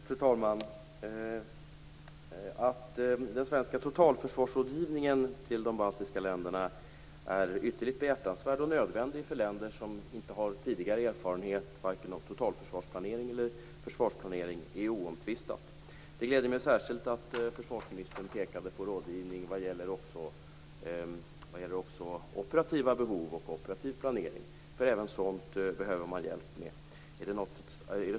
Fru talman! Att den svenska totalförsvarsrådgivningen till de baltiska länderna är ytterligt behjärtansvärd och nödvändig för länder som inte har tidigare erfarenhet vare sig av totalförsvarsplanering eller försvarsplanering är oomtvistat. Det gläder mig särskilt att försvarsministern pekade på rådgivning också vad gäller operativa behov och operativ planering. Även sådant behöver man hjälp med.